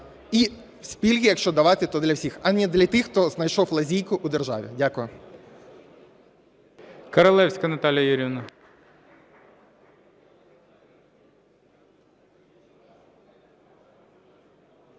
І пільги, якщо давати, то для всіх, а не для тих хто знайшов лазійку в державі. Дякую.